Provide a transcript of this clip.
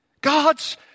God's